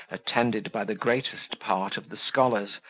attended by the greatest part of the scholars,